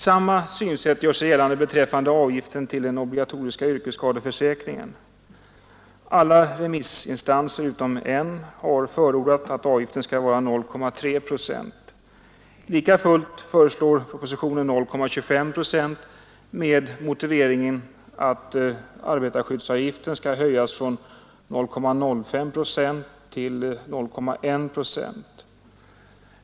Samma synsätt gör sig gällande beträffande avgiften till den obligatoriska yrkesskadeförsäkringen. Alla remissinstanser utom en har förordat att avgiften skall vara 0,3 procent. Lika fullt föreslår propositionen 0,25 procent med motiveringen, att arbetarskyddsavgiften skall höjas från 0,05 procent till 0,1 procent.